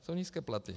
Jsou nízké platy.